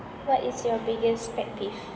what is your biggest pet peeve